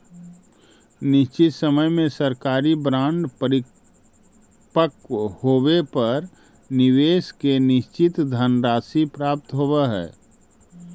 निश्चित समय में सरकारी बॉन्ड परिपक्व होवे पर निवेशक के निश्चित धनराशि प्राप्त होवऽ हइ